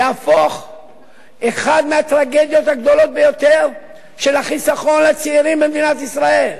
יהפוך אחת מהטרגדיות הגדולות ביותר של החיסכון לצעירים במדינת ישראל.